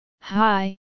hi